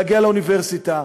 להגיע לאוניברסיטה.